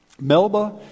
Melba